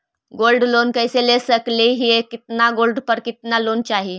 Gold loan कैसे ले सकली हे, कितना गोल्ड पर कितना लोन चाही?